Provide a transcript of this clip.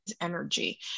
energy